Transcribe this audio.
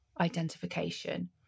identification